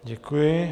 Děkuji.